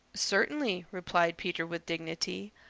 certainly, replied peter with dignity.